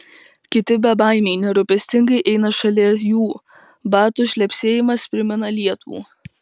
kiti bebaimiai nerūpestingai eina šalia jų batų šlepsėjimas primena lietų